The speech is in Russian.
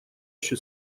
еще